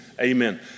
Amen